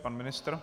Pan ministr?